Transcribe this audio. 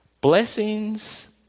blessings